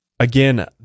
again